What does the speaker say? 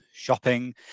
shopping